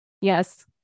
yes